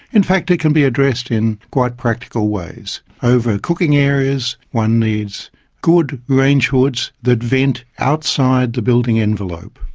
in fact it can be addressed in quite practical ways. over cooking areas one needs a good range hood that vents outside the building envelope.